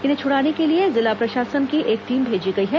इन्हें छुड़ाने के लिए जिला प्रशासन की एक टीम भेजी गई है